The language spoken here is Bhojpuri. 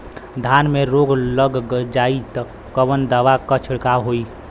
धान में रोग लग जाईत कवन दवा क छिड़काव होई?